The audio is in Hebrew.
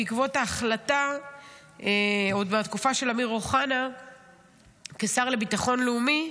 בעקבות ההחלטה עוד מהתקופה של אמיר אוחנה כשר לביטחון לאומי,